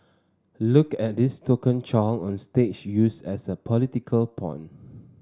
look at this token child on stage used as a political pawn